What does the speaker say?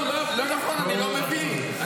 אני לא מבין.